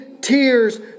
tears